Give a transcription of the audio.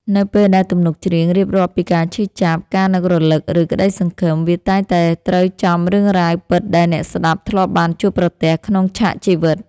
នៅពេលដែលទំនុកច្រៀងរៀបរាប់ពីការឈឺចាប់ ការនឹករលឹក ឬក្ដីសង្ឃឹម វាតែងតែត្រូវចំរឿងរ៉ាវពិតដែលអ្នកស្ដាប់ធ្លាប់បានជួបប្រទះក្នុងឆាកជីវិត